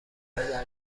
پدر